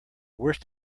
worst